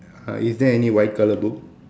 uh is there any white colour book